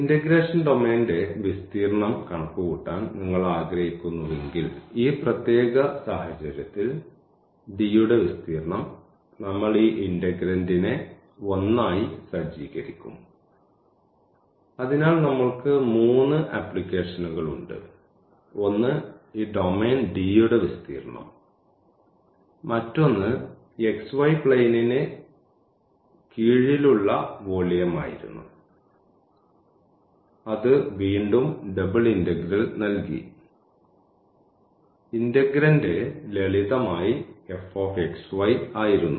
integration ഡൊമെയ്നിന്റെ വിസ്തീർണ്ണം കണക്കുകൂട്ടാൻ നിങ്ങൾ ആഗ്രഹിക്കുന്നുവെങ്കിൽ ഈ പ്രത്യേക സാഹചര്യത്തിൽ D യുടെ വിസ്തീർണ്ണം നമ്മൾ ഈ ഇന്റഗ്രന്റിനെ 1 ആയി സജ്ജീകരിക്കും അതിനാൽ നമ്മൾക്ക് മൂന്ന് ആപ്ലിക്കേഷനുകൾ ഉണ്ട് ഒന്ന് ഈ ഡൊമെയ്ൻ D യുടെ വിസ്തീർണ്ണം മറ്റൊന്ന് xy പ്ലെയ്നിന് കീഴിലുള്ള വോളിയം ആയിരുന്നു അത് വീണ്ടും ഡബിൾ ഇന്റഗ്രൽ നൽകി ഇന്റഗ്രാൻഡ് ലളിതമായി fxy ആയിരുന്നു